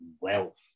wealth